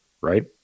right